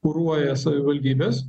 kuruoja savivaldybės